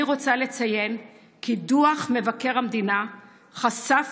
אני רוצה לציין כי דוח מבקר המדינה חשף